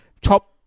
top